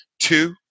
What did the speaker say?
Two